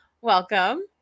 Welcome